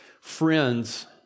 friends